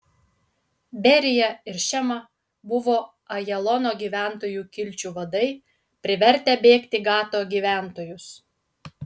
berija ir šema buvo ajalono gyventojų kilčių vadai privertę bėgti gato gyventojus